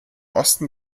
osten